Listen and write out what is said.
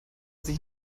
sich